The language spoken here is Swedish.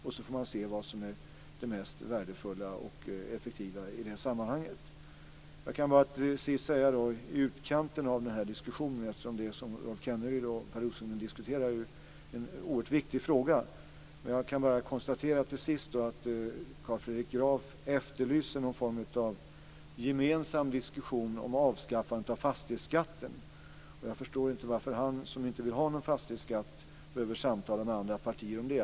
Sedan får man se vad som är det mest effektiva och värdefulla i det sammanhanget. Det som Rolf Kenneryd och Per Rosengren diskuterar är en oerhört viktig fråga. Jag kan bara till sist konstatera att Carl Fredrik Graf efterlyser någon form av gemensam diskussion om avskaffandet av fastighetsskatten. Jag förstår inte varför han, som inte vill ha någon fastighetsskatt, behöver samtala med andra partier om detta.